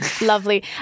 lovely